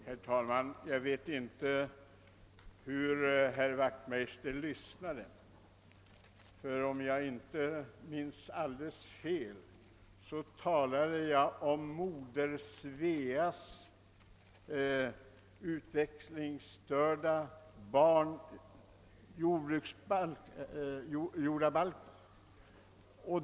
Herr talman! Jag vet inte hur herr Wachtmeister lyssnade. Om jag inte minns alldeles fel talade jag om Moder Svea:s utvecklingsstörda barn jordabal ken.